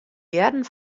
hearren